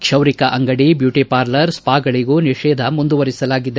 ಕ್ಷೌರಿಕ ಅಂಗಡಿ beauty parlour ಸ್ಥಾಗಳಿಗೂ ನಿಷೇಧ ಮುಂದುವರೆಸಲಾಗಿದೆ